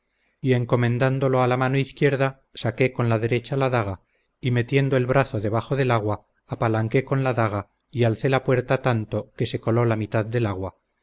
y encomendándolo a la mano izquierda saqué con la derecha la daga y metiendo el brazo debajo del agua apalanqué con la daga y alcé la puerta tanto que se coló la mitad del agua